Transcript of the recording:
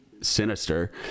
sinister